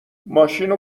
ماشینو